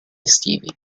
estivi